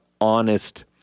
honest